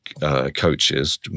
Coaches